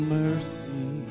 mercy